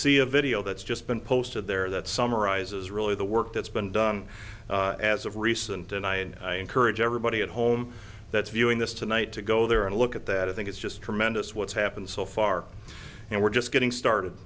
see a video that's just been posted there that summarizes really the work that's been done as of recent and i and i encourage everybody at home that viewing this tonight to go there and look at that i think it's just tremendous what's happened so far and we're just getting started